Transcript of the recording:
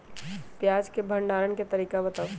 प्याज के भंडारण के तरीका बताऊ?